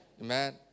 Amen